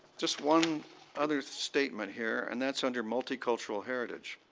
just one other statement here. and that's under multicultural heritage.